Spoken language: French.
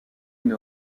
une